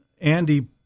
Andy